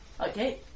okay